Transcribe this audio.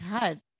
God